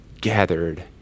gathered